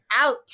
Out